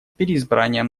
переизбранием